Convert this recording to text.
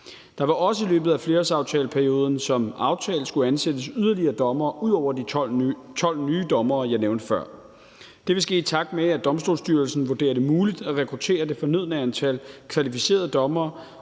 Der vil også i løbet af flerårsaftaleperioden som aftalt skulle ansættes yderligere dommere, ud over de 12 nye dommere, jeg nævnte før. Det vil ske, i takt med at Domstolsstyrelsen vurderer det muligt at rekruttere det fornødne antal kvalificerede dommere,